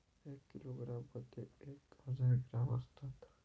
एका किलोग्रॅम मध्ये एक हजार ग्रॅम असतात